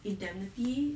indemnity